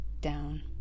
down